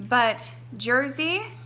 but jersey,